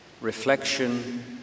reflection